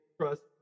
trust